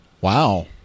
Wow